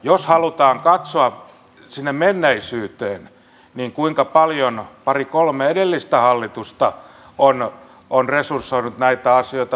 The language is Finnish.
jos halutaan katsoa sinne menneisyyteen niin kuinka paljon vähemmän pari kolme edellistä hallitusta on resursoinut näitä asioita